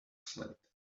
slate